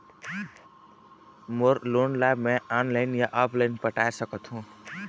मोर loan ला मैं online या ऑफलाइन पटाए सकथों?